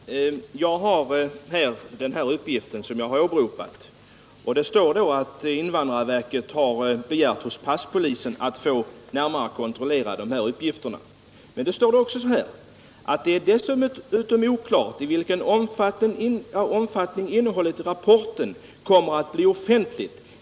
Herr talman! Jag har här den handling som jag har åberopat. Där står att invandrarverket har begärt hos passpolisen att närmare få kontrollera dessa uppgifter. Men det står också: ”Det är dessutom oklart i vilken omfattning innehållet i rapporten kommer att bli offentligt,.